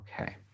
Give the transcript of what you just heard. okay